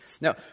Now